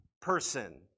person